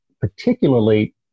particularly